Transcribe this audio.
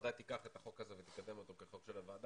הוועדה תיקח את החוק הזה ותקדם אותו כחוק של הוועדה.